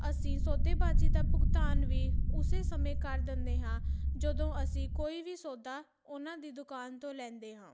ਅਸੀਂ ਸੌਦੇਬਾਜ਼ੀ ਦਾ ਭੁਗਤਾਨ ਵੀ ਉਸ ਸਮੇਂ ਕਰ ਦਿੰਦੇ ਹਾਂ ਜਦੋਂ ਅਸੀਂ ਕੋਈ ਵੀ ਸੌਦਾ ਉਹਨਾਂ ਦੀ ਦੁਕਾਨ ਤੋਂ ਲੈਂਦੇ ਹਾਂ